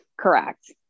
Correct